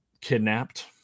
kidnapped